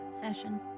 session